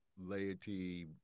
laity